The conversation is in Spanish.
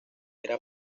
era